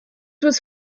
was